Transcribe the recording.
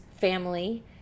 Family